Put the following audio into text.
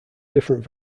different